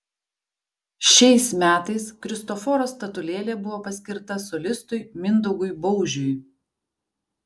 šiais metais kristoforo statulėlė buvo paskirta solistui mindaugui baužiui